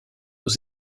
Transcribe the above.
aux